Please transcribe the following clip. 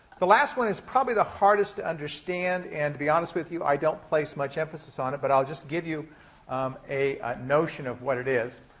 the last one is probably the hardest to understand, and, to be honest with you, i don't place much emphasis on it, but i'll just give you a notion of what it is.